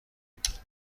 بود